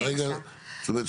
זאת אומרת,